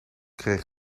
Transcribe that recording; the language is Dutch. kreeg